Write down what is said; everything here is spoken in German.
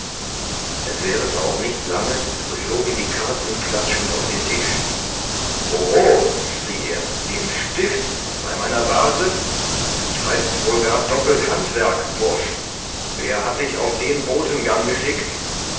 es währete auch nicht lange so flogen die karten klatschend auf den tisch oho schrie er im stift bei meiner base du treibst wohl gar doppelt handwerk bursch wer hat dich auf den botengang geschickt